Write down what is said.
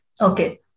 Okay